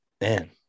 Man